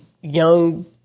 young